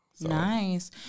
Nice